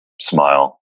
smile